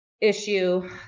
issue